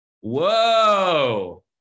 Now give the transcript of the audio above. Whoa